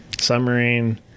submarine